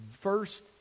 first